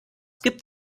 gibt